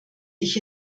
ich